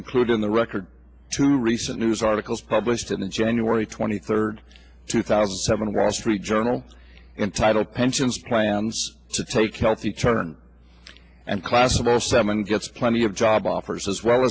include in the record two recent news articles published in the january twenty third two thousand and seven wall street journal entitled pensions plans to take healthy turn and class of zero seven gets plenty of job offers as well